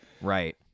Right